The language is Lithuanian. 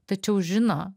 tačiau žino